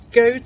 go